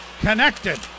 connected